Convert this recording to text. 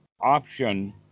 option